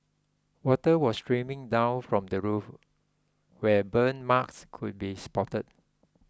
water was streaming down from the roof where burn marks could be spotted